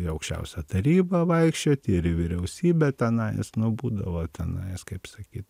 į aukščiausią tarybą vaikščioti ir į vyriausybę tanais nu būdavo tenais kaip sakyt